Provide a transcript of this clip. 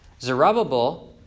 Zerubbabel